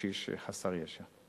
בקשיש חסר ישע.